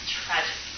tragic